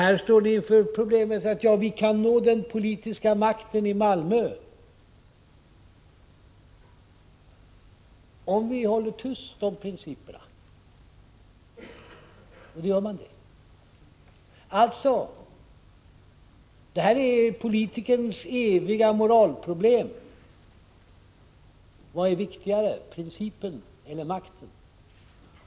Här står ni inför problemet att ni kan nå den politiska makten i Malmö om ni håller tyst om principerna. Och då gör ni det. Det här är politikerns eviga moralproblem: Vad är viktigast, principen eller makten?